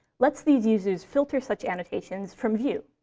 lets these uses filter such annotations from view.